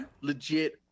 legit